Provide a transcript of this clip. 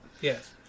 yes